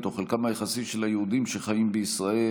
או חלקם היחסי של היהודים שחיים בישראל